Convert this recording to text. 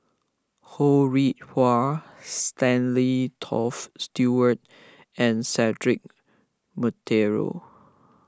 Ho Rih Hwa Stanley Toft Stewart and Cedric Monteiro